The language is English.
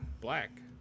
black